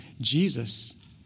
Jesus